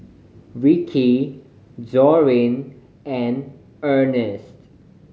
Ricky Dorine and Earnest